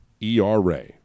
ERA